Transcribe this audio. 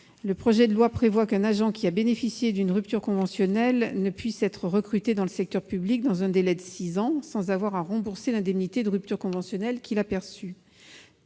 Le projet de loi prévoit qu'un agent qui a bénéficié d'une rupture conventionnelle ne puisse être recruté dans le secteur public, dans un délai de six ans, sans avoir à rembourser l'indemnité de rupture conventionnelle qu'il a perçue.